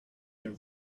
your